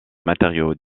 matériaux